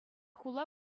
хула